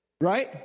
right